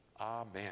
Amen